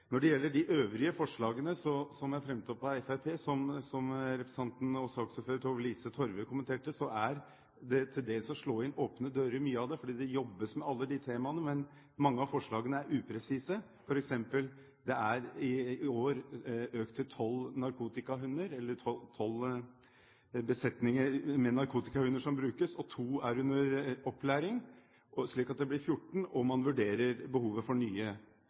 Når det gjelder de øvrige forslagene som er fremmet av Fremskrittspartiet, som saksordføreren, Tove-Lise Torve, kommenterte, er mange av dem til dels som å slå inn åpne dører, fordi det jobbes med alle disse temaene. Men mange av forslagene er upresise. For eksempel har man i år økt kapasiteten til tolv narkotikahunder, og to er under opplæring, slik at det blir 14. Og man vurderer behovet for nye.